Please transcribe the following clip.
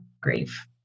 grief